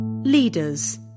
Leaders